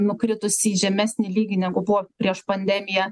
nukritusi į žemesnį lygį negu buvo prieš pandemiją